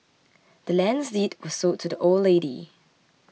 the land's deed was sold to the old lady